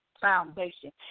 foundation